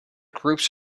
groups